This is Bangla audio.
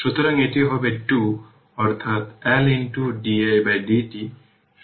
সুতরাং 2 প্লাস এই 3 ইকুইভ্যালেন্ট আপনার 5 হেনরি ইকুইভ্যালেন্ট ইন্ডাক্টর হবে